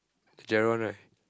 the general one right